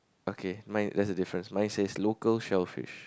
okay mine that's a difference mine says local shellfish